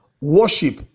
worship